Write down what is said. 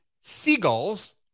seagulls